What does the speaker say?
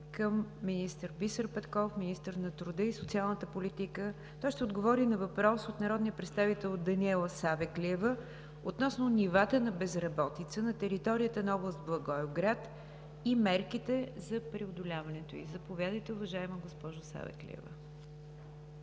към министър Бисер Петков – министър на труда и социалната политика. Той ще отговори на въпрос от народния представител Даниела Савеклиева относно нивата на безработица на територията на област Благоевград и мерките за преодоляването ѝ. Заповядайте, уважаема госпожо Савеклиева.